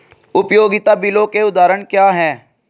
उपयोगिता बिलों के उदाहरण क्या हैं?